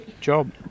job